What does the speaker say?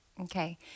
Okay